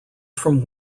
from